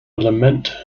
lament